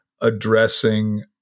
addressing